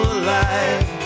alive